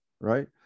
right